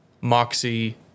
moxie